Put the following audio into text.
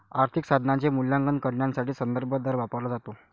आर्थिक साधनाचे मूल्यांकन करण्यासाठी संदर्भ दर वापरला जातो